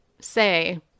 say